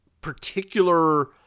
particular